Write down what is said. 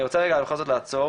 אני רוצה רגע בכל זאת לעצור